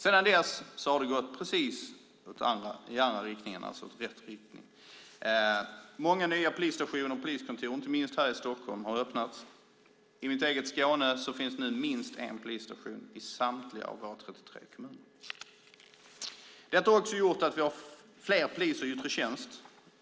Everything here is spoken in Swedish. Sedan dess har det gått i rätt riktning. Många nya polisstationer och poliskontor, inte minst här i Stockholm, har öppnats. I mitt eget Skåne finns nu minst en polisstation i samtliga av våra 33 kommuner. Detta har också gjort att vi har fler poliser i yttre tjänst.